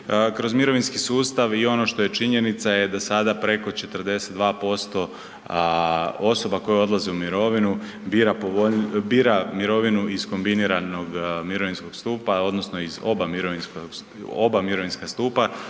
kroz mirovinski sustav i ono što je činjenica je da sada preko 42% osoba koje odlaze u mirovinu bira mirovinu iz kombiniranog mirovinskog stupa odnosno iz oba mirovinska stupa